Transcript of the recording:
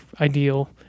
ideal